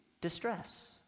Distress